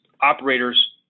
operators